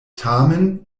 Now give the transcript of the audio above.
tamen